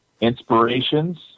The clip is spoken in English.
inspirations